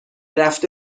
رفته